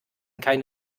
keine